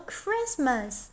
Christmas